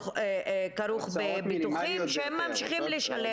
כרוך בביטוחים שהם ממשיכים לשלם.